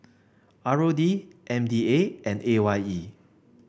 R O D M D A and A Y E